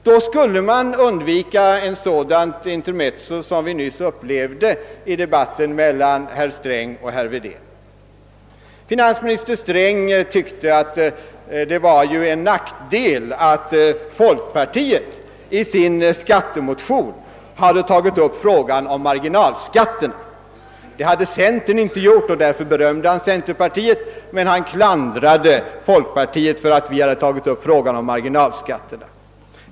Då skulle man undvika ett sådant intermezzo som vi nyss upplevde i debatten mellan herr Sträng och herr Wedén. Finansminister Sträng tyckte att det var en nackdel att folkpartiet i sin skattemotion hade tagit upp frågan om marginalskatten. Det hade centern inte gjort, och därför berömde finansministern centerpartiet, medan han klandrade folkpartiet för att vi hade tagit upp frågan om marginalskatten.